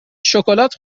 شکلات